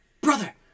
brother